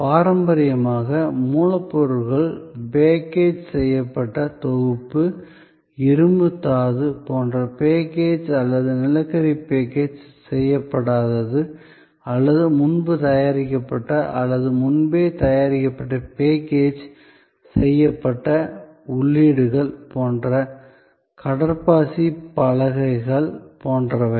பாரம்பரியமாக மூலப்பொருட்கள் பேக்கேஜ் செய்யப்பட்ட தொகுப்பு இரும்பு தாது போன்ற பேக்கேஜ் அல்லது நிலக்கரி பேக்கேஜ் செய்யப்படாதது அல்லது முன் தயாரிக்கப்பட்ட அல்லது முன்பே தயாரிக்கப்பட்ட பேக்கேஜ் செய்யப்பட்ட உள்ளீடுகள் போன்ற கடற்பாசி பலகைகள் போன்றவை